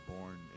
born